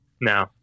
No